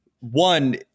one